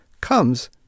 comes